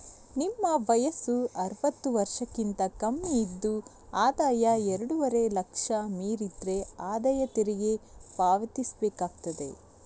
ನಿಮ್ಮ ವಯಸ್ಸು ಅರುವತ್ತು ವರ್ಷಕ್ಕಿಂತ ಕಮ್ಮಿ ಇದ್ದು ಆದಾಯ ಎರಡೂವರೆ ಲಕ್ಷ ಮೀರಿದ್ರೆ ಆದಾಯ ತೆರಿಗೆ ಪಾವತಿಸ್ಬೇಕಾಗ್ತದೆ